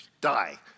Die